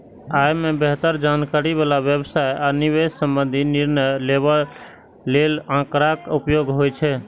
अय मे बेहतर जानकारी बला व्यवसाय आ निवेश संबंधी निर्णय लेबय लेल आंकड़ाक उपयोग होइ छै